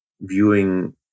viewing